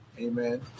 Amen